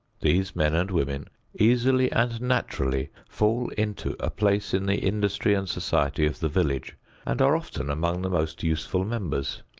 these men and women easily and naturally fall into a place in the industry and society of the village and are often among the most useful members.